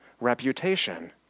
reputation